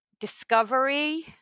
discovery